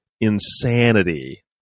insanity